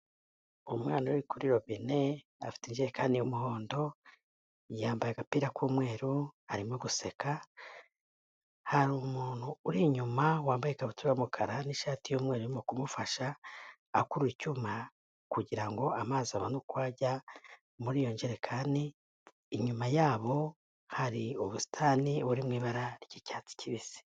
Umwana uri kuri robine afite injerekani y'umuhondo, yambaye agapira k'umweru arimo guseka. Hari umuntu uri inyuma wambaye ikabutura y'umukara n'ishati y'umweru arimo kumufasha akurura icyuma kugira ngo amazi abone uko ajya muri iyo jerekani, inyuma yabo hari ubusitani buri mu ibara ry'icyatsi kibisi.